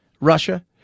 Russia